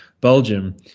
Belgium